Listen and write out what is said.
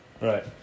right